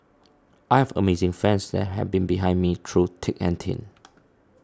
I have amazing fans and they have been behind me through thick and thin